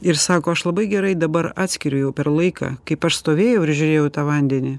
ir sako aš labai gerai dabar atskiriu jau per laiką kaip aš stovėjau ir žiūrėjau į tą vandenį